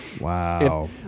wow